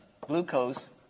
glucose